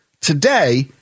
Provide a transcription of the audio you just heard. Today